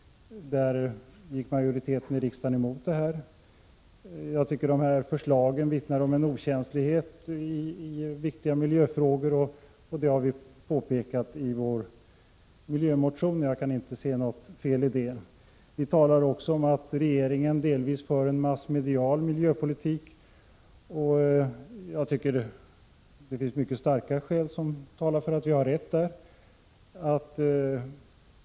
Jag tycker att förslagen från socialdemokraterna vittnar om en okänslighet i viktiga miljöfrågor. Det har vi påpekat i vår miljömotion, och jag kan inte se något fel i det. Vi säger också att regeringen delvis för en massmedial miljöpolitik, och det finns mycket starka skäl som talar för att vi har rätt i det.